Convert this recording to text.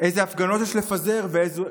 אילו הפגנות יש לפזר ואילו לא,